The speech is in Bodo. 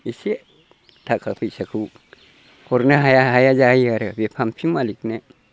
एसे थाखा फैसाखौ हरनो हाया हाया जायो आरो बे पाम्पिं मालिखनो